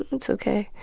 it's ok.